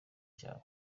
cyawe